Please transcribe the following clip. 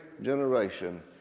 generation